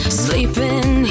sleeping